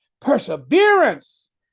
perseverance